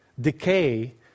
decay